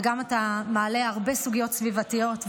ואתה גם מעלה הרבה סוגיות סביבתיות,